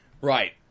Right